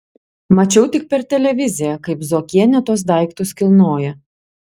mačiau tik per televiziją kaip zuokienė tuos daiktus kilnoja